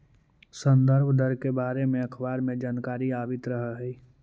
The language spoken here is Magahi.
संदर्भ दर के बारे में अखबार में जानकारी आवित रह हइ